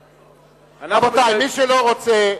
רבותי, מי שלא רוצה,